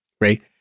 right